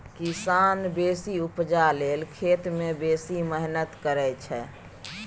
किसान बेसी उपजा लेल खेत मे बेसी मेहनति करय छै